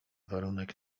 warunek